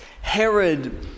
Herod